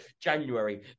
January